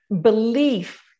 belief